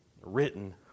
written